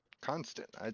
constant